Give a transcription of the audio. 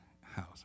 house